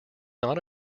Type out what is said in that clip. not